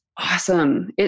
awesome